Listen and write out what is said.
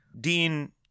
Dean